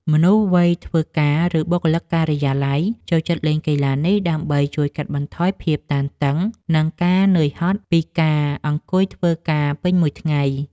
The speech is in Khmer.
មនុស្សវ័យធ្វើការ ឬបុគ្គលិកការិយាល័យ ចូលចិត្តលេងកីឡានេះដើម្បីជួយកាត់បន្ថយភាពតានតឹង និងការនឿយហត់ពីការអង្គុយធ្វើការពេញមួយថ្ងៃ។